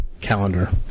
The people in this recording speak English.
calendar